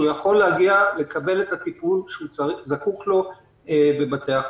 יכול להגיע לקבל את הטיפול שהוא זקוק לו בבתי החולים.